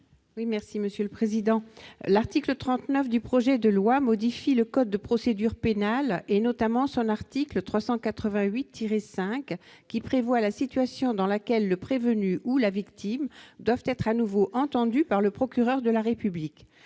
L'article 39 du projet de loi modifie le code de procédure pénale, notamment son article 388-5, qui prévoit la situation dans laquelle le prévenu ou la victime doivent être à nouveau entendus par le procureur de la République.